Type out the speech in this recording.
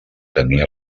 tenir